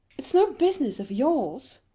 it's no business of yours.